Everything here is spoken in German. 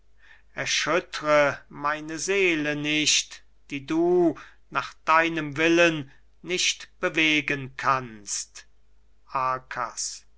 erschüttre meine seele nicht die du nach deinem willen nicht bewegen kannst